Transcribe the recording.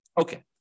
Okay